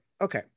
okay